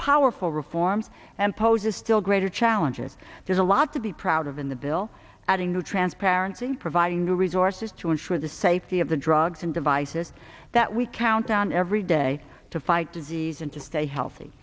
powerful reforms and poses still greater challenges there's a lot to be proud of in the bill adding new transparency providing new resources to ensure the safety of the drugs and devices that we count on every day to fight disease and to stay healthy